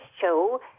show